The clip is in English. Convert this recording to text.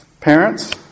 Parents